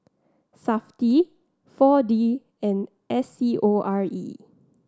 Safti Four D and S C O R E